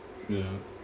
ya